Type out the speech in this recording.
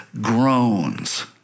groans